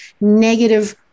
negative